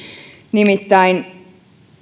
nimittäin